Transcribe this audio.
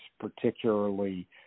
particularly